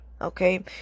Okay